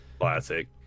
Classic